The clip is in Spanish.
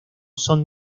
son